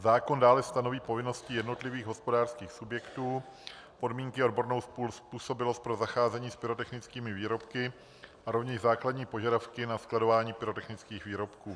Zákon dále stanoví povinnosti jednotlivých hospodářských subjektů, podmínky a odbornou způsobilost pro zacházení s pyrotechnickými výrobky a rovněž základní požadavky na skladování pyrotechnických výrobků.